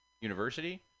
university